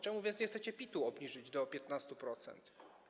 Czemu więc nie chcecie PIT-u obniżyć do 15%?